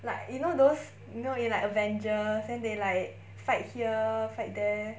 like you know those you know in like avengers then they like fight here fight there